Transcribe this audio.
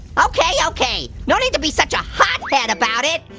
okay okay. no need to be such a hothead about it!